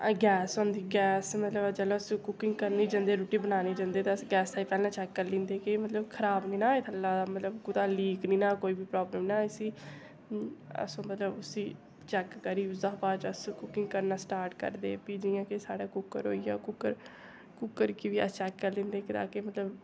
gas होंदी gas मतलब जेल्लै अस कुकिंग करने जंदे रुट्टी बनाने गी जंदे ते अस गैस गी पैह्ले चैक करी लैंदे कि मतलब खराब नी ना होऐ थल्लै दा मतलब कुतै लीक नी ना कोई बी प्राब्लम नी ना इसी अस मतलब उसी चैक करी उसदा बाद च अस कुकिंग करना स्टाट करदे फ्ही जियां कि साढ़ै कुक्कर होई गेआ कुक्कर कुक्कर गी बी अस चैक करी चढ़ागे मतलब